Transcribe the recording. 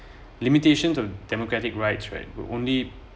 limitations of democratic rights right will only